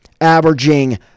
averaging